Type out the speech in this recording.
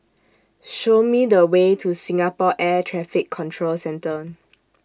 Show Me The Way to Singapore Air Traffic Control Centre